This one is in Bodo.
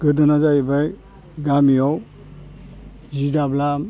गोदोना जाहैबाय गामियाव जि दाब्ला